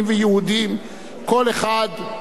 כל אחד לפי אמונתו.